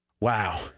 Wow